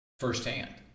firsthand